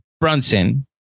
Brunson